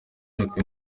myaka